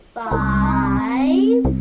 five